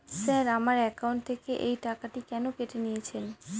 Sir আমার account থেকে এই টাকাটি কেন কেটে নিয়েছেন?